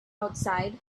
outside